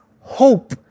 hope